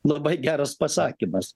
labai geras pasakymas